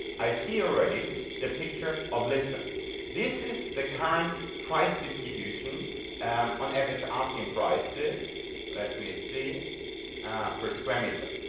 i see already the picture of lisbon this is the current price distribution um on average asking prices let me see per square meter.